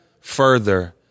further